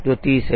जो 30 है